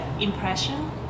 impression